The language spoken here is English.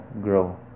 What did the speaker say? grow